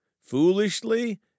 foolishly